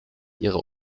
ihrer